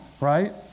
right